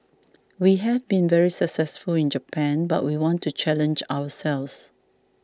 we have been very successful in Japan but we want to challenge ourselves